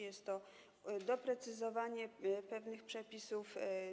Jest to doprecyzowanie pewnych przepisów.